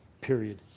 period